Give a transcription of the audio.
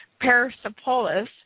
Persepolis